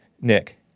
Nick